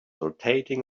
rotating